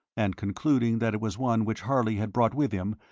and concluding that it was one which harley had brought with him,